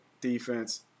defense